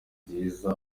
nziza